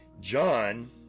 John